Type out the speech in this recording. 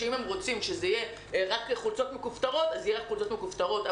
אם הם רוצים שזה יהיה רק חולצות מכופתרות אז יהיו רק חולצות מכופתרות,